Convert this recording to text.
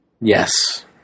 Yes